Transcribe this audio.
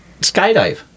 skydive